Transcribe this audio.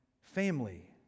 family